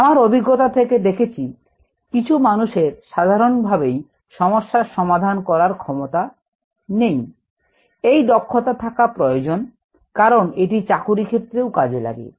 আমার অভিজ্ঞতা থেকে দেখেছি কিছু মানুষের সাধারণভাবেই সমস্যার সমাধান করার ক্ষমতা নেই এই দক্ষতা থাকা প্রয়োজন কারন এটি চাকুরী ক্ষেত্রেও কাজে লাগে